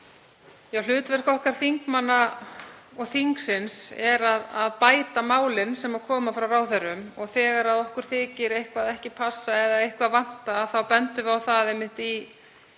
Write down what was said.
Hlutverk okkar þingmanna og þingsins er að bæta málin sem koma frá ráðherrum og þegar okkur þykir eitthvað ekki passa eða eitthvað vanta þá bendum við á það í nefndarálitum